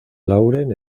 lauren